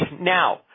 Now